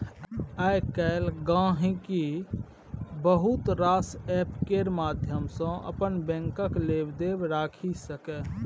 आइ काल्हि गांहिकी बहुत रास एप्प केर माध्यम सँ अपन बैंकक लेबदेब देखि सकैए